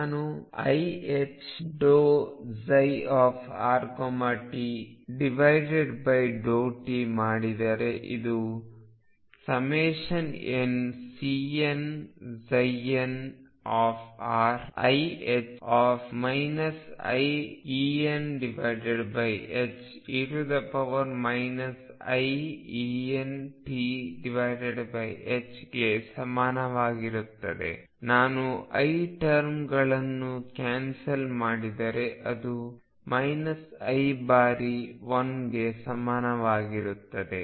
ನಾನು iℏ∂ψrt∂t ಮಾಡಿದರೆ ಇದು nCnnriℏ iEne iEnt ಗೆ ಸಮನಾಗಿರುತ್ತದೆ ನಾನು i ಟರ್ಮ್ಗಳನ್ನು ಕ್ಯಾನ್ಸಲ್ ಮಾಡಿದರೆ ಅದು i ಬಾರಿ 1ಗೆ ಸಮನಾಗಿರುತ್ತದೆ